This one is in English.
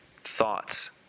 thoughts